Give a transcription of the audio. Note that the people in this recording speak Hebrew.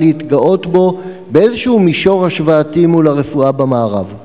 להתגאות בו באיזשהו מישור השוואתי מול הרפואה במערב.